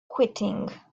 quitting